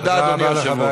תודה רבה, אדוני היושב-ראש.